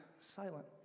silent